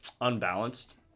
unbalanced